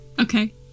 okay